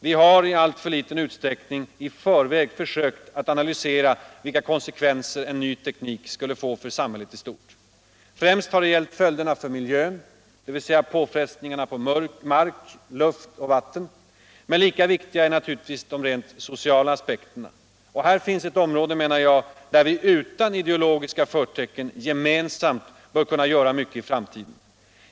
Vi har i alltför liten utsträckning i förväg försökt att analysera vilka konsekvenser en ny teknik skulle få för samhället i stori. Främst har detta gällt följderna för miljön, dvs. påfrestningarna på mark, luft och vatten, men lika viktiga är naturligtvis de rent sociala aspekterna. Jag menar att vi här har ett område där vi utan ideologiska förtecken gemensamt bör kunna göra mycket i framtiden.